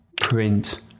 print